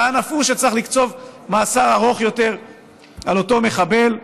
טען שצריך לקצוב מאסר ארוך יותר על אותו מחבל,